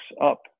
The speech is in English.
up